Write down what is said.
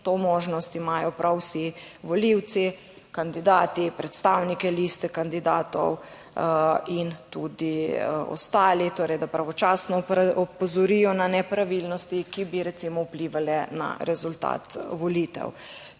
to možnost imajo prav vsi volivci, kandidati, predstavniki liste kandidatov in tudi ostali. Torej, da pravočasno opozorijo na nepravilnosti, ki bi recimo vplivale na rezultat volitev.